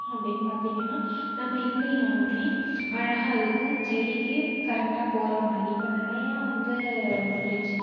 அப்படின்னு பார்த்திங்கன்னா நம்ம இல்லைனாலும் அழகாக அதுக்கு செடிக்கு கரெக்டாக போகிற மாதிரி இப்போ நிறையா வந்து வந்துடுச்சு